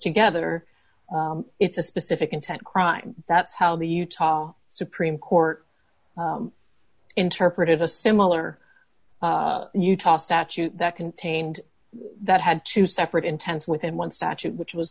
together it's a specific intent crime that's how the utah supreme court interpretive a similar utah statute that contained that had two separate intends within one statute which was